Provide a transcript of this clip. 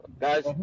Guys